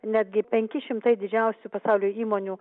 netgi penki šimtai didžiausių pasaulio įmonių